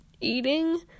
eating